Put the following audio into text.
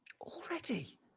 Already